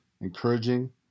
encouraging